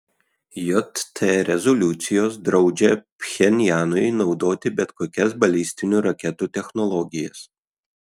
jt rezoliucijos draudžia pchenjanui naudoti bet kokias balistinių raketų technologijas